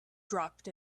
dropped